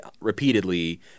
repeatedly